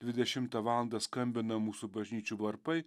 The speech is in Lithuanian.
dvidešimtą valandą skambina mūsų bažnyčių varpai